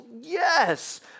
Yes